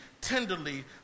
tenderly